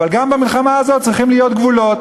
אבל גם במלחמה הזאת צריכים להיות גבולות.